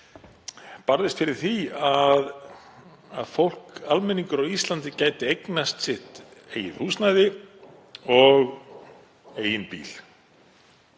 barðist fyrir því að almenningur á Íslandi gæti eignast sitt eigið húsnæði og eigin bíl